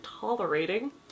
tolerating